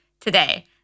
today